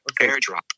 airdrop